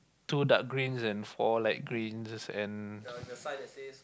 two dark greens and four light greens and